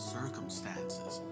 circumstances